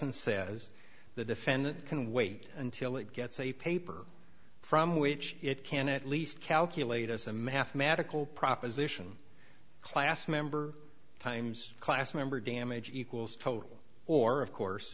and says the defendant can wait until it gets a paper from which it can at least calculate as a mathematical proposition class member times class member damage equals total or of course